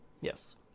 Yes